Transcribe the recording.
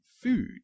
food